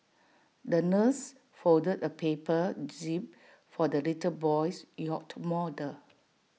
the nurse folded A paper jib for the little boy's yacht model